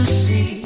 see